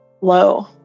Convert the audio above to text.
low